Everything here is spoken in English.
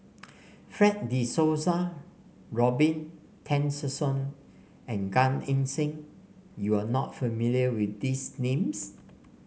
Fred De Souza Robin Tessensohn and Gan Eng Seng you are not familiar with these names